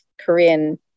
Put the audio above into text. korean